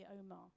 Omar